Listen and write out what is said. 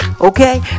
okay